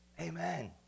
Amen